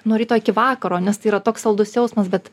nuo ryto iki vakaro nes tai yra toks saldus jausmas bet